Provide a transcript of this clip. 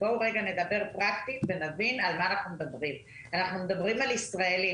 אנחנו מדברים על ישראלים